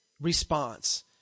response